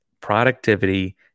productivity